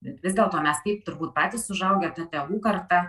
bet vis dėlto mes taip turbūt patys užaugę tėvų karta